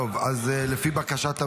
לפי בקשת הממשלה,